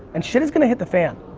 and shit is gonna hit the fan.